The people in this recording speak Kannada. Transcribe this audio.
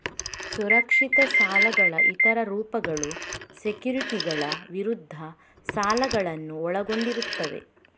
ಸುರಕ್ಷಿತ ಸಾಲಗಳ ಇತರ ರೂಪಗಳು ಸೆಕ್ಯುರಿಟಿಗಳ ವಿರುದ್ಧ ಸಾಲಗಳನ್ನು ಒಳಗೊಂಡಿರುತ್ತವೆ